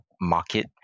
market